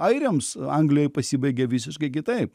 airiams anglijoj pasibaigė visiškai kitaip